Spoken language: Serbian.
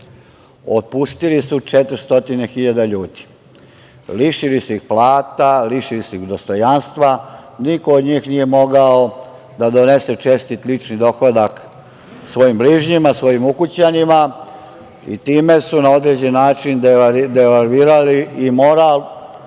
otpustili su 400 hiljada ljudi, lišili su ih plata, lišili su ih dostojanstva, niko od njih nije mogao da donese čestit lični dohodak svojim bližnjima, svojim ukućanima i time su na određeni način devalvirali i moral